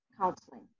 counseling